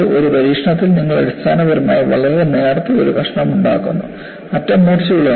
ഒരു പരീക്ഷണത്തിൽ നിങ്ങൾ അടിസ്ഥാനപരമായി വളരെ നേർത്ത ഒരു കഷ്ണം ഉണ്ടാക്കുന്നു അറ്റം മൂർച്ചയുള്ളതാണ്